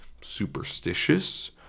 superstitious